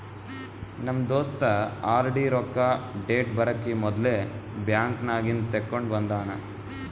ನಮ್ ದೋಸ್ತ ಆರ್.ಡಿ ರೊಕ್ಕಾ ಡೇಟ್ ಬರಕಿ ಮೊದ್ಲೇ ಬ್ಯಾಂಕ್ ನಾಗಿಂದ್ ತೆಕ್ಕೊಂಡ್ ಬಂದಾನ